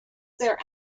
there